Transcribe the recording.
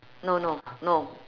no no no